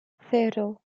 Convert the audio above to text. cero